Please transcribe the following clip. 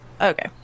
Okay